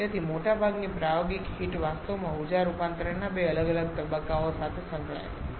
તેથી મોટાભાગની પ્રાયોગિક હીટ વાસ્તવમાં ઊર્જા રૂપાંતરણના બે અલગ અલગ તબક્કાઓ સાથે સંકળાયેલી છે